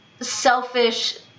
selfish